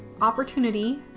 opportunity